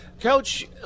Coach